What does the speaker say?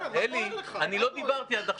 אלי, אני לא דיברתי עד עכשיו.